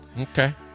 Okay